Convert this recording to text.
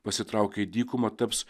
pasitraukę į dykumą taps